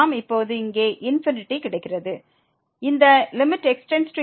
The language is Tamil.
நமக்கு இப்போது இங்கே ∞ கிடைக்கிறது இந்த x→∞1ln 1 1x